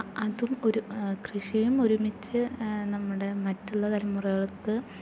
അതും ഒരു കൃഷിയും ഒരുമിച്ച് നമ്മുടെ മറ്റുള്ള തലമുറകൾക്ക്